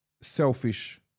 selfish